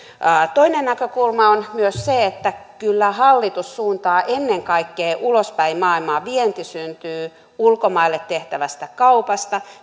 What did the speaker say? toinen näkökulma on myös se että kyllä hallitus suuntaa ennen kaikkea ulospäin maailmaan vienti syntyy ulkomaille tehtävästä kaupasta